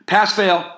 Pass-fail